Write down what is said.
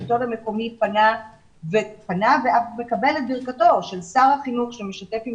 השלטון המקומי פנה - ואף מקבל את ברכתו של שר החינוך שמשתף עם